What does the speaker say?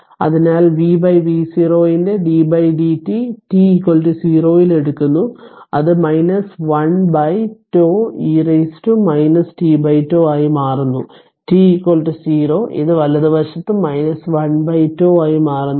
അതിനാൽ v v0 ന്റെ d dt t 0 ൽ എടുക്കുന്നു അത് 1 τ e t τ ആയി മാറുന്നു t 0 ഇത് വലതുവശത്ത് 1 τ ആയി മാറുന്നു